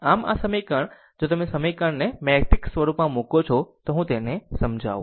આમ આ સમીકરણ જો તમે આ સમીકરણને મેટ્રિક્સ સ્વરૂપમાં મૂકો છો તો હું તેને સમજાવું